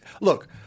look